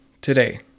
today